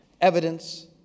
Evidence